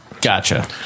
Gotcha